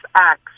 acts